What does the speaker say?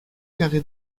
carré